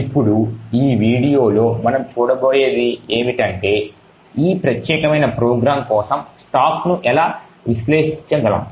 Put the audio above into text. ఇప్పుడు ఈ వీడియోలో మనం చూడబోయేది ఏమిటంటే ఈ ప్రత్యేకమైన ప్రోగ్రామ్ కోసం స్టాక్ను ఎలా విశ్లేషించగలం